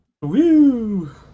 Woo